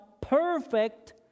perfect